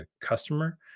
customer